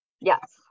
Yes